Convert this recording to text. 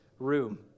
room